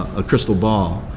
a crystal ball,